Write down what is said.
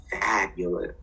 fabulous